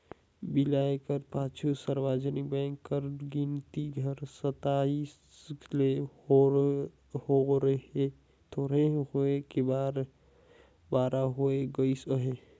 बिलाए कर पाछू सार्वजनिक बेंक कर गिनती हर सताइस ले थोरहें होय के बारा होय गइस अहे